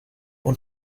und